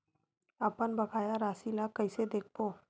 अपन बकाया राशि ला कइसे देखबो?